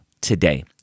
today